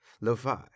Lo-fi